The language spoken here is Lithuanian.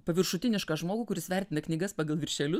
paviršutinišką žmogų kuris vertina knygas pagal viršelius